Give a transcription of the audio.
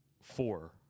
four